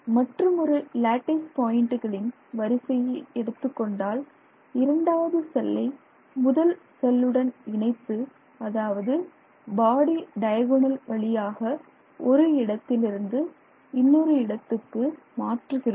மற்றுமொரு லேட்டிஸ் பாயிண்டுகளின் வரிசையை எடுத்துக்கொண்டால் இரண்டாவது செல்லை முதல் செல்லுடன் இணைத்து அதாவது பாடி டயகோணல் வழியாக ஒரு இடத்திலிருந்து இன்னொரு இடத்துக்கு மாற்றுகிறோம்